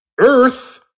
Earth